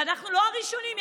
ואנחנו לא הראשונים.